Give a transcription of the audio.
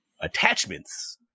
attachments